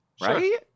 Right